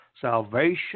salvation